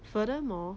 furthermore